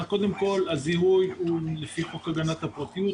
הזיהוי הוא לפי חוק הגנת הפרטיות,